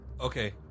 Okay